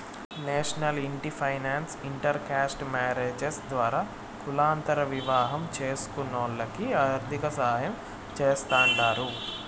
national ఇంటి finance inter caste marriages ద్వారా కులాంతర వివాహం చేస్కునోల్లకి ఆర్థికసాయం చేస్తాండారు